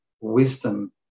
wisdom